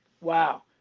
Wow